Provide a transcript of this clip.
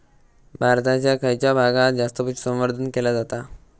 भारताच्या खयच्या भागात जास्त पशुसंवर्धन केला जाता?